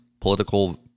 political